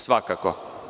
Svakako.